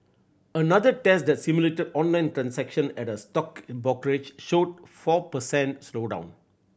another test that simulated online transaction at a stock brokerage showed four per cent slowdown